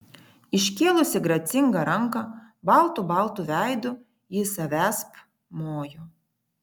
iškėlusi gracingą ranką baltu baltu veidu ji savęsp mojo